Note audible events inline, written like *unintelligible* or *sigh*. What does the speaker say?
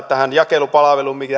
*unintelligible* tähän jakelupalveluun